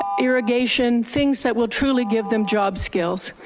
irrigation, things that will truly give them job skills.